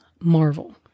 marvel